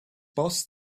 boss